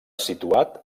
situat